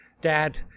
dad